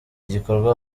gikorwa